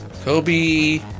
Kobe